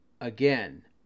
again